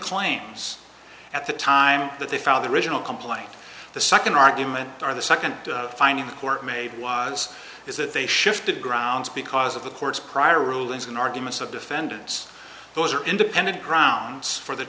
claims at the time that they found the original complaint the second argument or the second finding the court made was is that they shifted grounds because of the court's prior rulings on arguments of defendants those are independent grounds for the